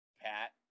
pat